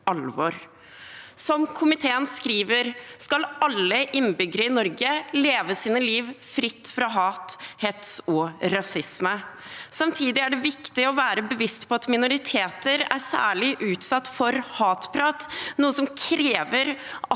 Som komiteen skriver, skal alle innbyggere i Norge leve livet sitt fritt fra hat, hets og rasisme. Samtidig er det viktig å være bevisst på at minoriteter er særlig utsatt for hatprat, noe som krever at